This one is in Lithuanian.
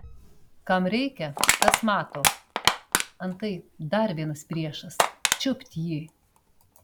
kam reikia tas mato antai dar vienas priešas čiupt jį